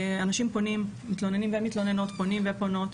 אנשים פונים, מתלוננים ומתלוננות פונים ופונות,